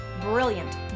brilliant